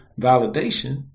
validation